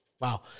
Wow